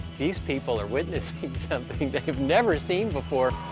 these people are witnessing something they've never seen before.